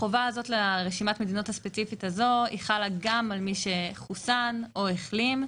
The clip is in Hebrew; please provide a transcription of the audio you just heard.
החובה הזאת לרשימת המדינות הספציפית הזאת חלה גם על מי שחוסן או החלים.